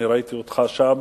אני ראיתי אותך שם.